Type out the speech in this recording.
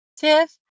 Tiff